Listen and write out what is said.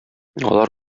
алар